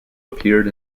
appeared